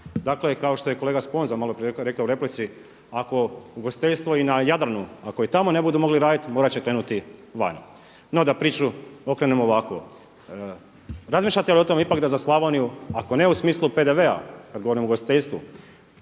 dakle kao što je kolega Sponza malo prije rekao u replici, ako ugostiteljstvo i na Jadranu ako i tamo ne budu mogli raditi morat će krenuti vani. No da priču okrenem ovako. Razmišljate li o tome da ipak za Slavoniju ako ne u smislu PDV-a kada govorim o ugostiteljstvu